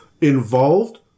involved